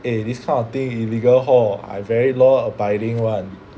eh this kind of thing illegal hor I very law abiding [one]